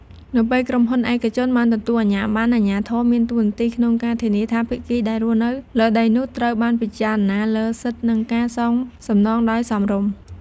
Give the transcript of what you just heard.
នៅពេលក្រុមហ៊ុនឯកជនបានទទួលអាជ្ញាបណ្ណ អាជ្ញាធរមានតួនាទីក្នុងការធានាថាភាគីដែលរស់នៅលើដីនោះត្រូវបានពិចារណាលើសិទ្ធិនិងការសងសំណងដោយសមរម្យ។